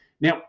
now